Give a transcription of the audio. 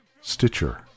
Stitcher